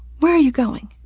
where are you going?